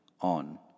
on